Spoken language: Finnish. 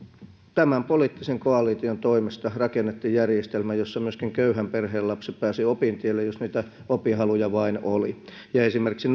poliittisen koalition toimesta rakennettiin järjestelmä jossa myöskin köyhän perheen lapset pääsivät opintielle jos niitä opinhaluja vain oli ja esimerkiksi